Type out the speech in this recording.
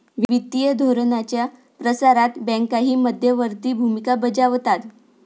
वित्तीय धोरणाच्या प्रसारणात बँकाही मध्यवर्ती भूमिका बजावतात